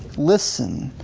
listen,